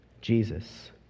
Jesus